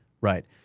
Right